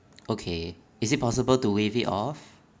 okay is it possible to waive it of